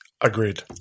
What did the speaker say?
Agreed